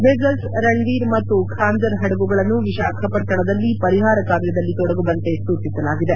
vessel Ranvir ಮತ್ತು ಖಾಂಜರ್ ಹಡಗುಗಳನ್ನು ವಿಶಾಖಪಟ್ಟಣದಲ್ಲಿ ಪರಿಹಾರ ಕಾರ್ಯದಲ್ಲಿ ತೊಡಗುವಂತೆ ಸೂಚಿಸಲಾಗಿದೆ